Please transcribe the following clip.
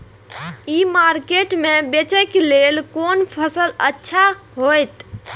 ई market में बेचेक लेल कोन फसल अच्छा होयत?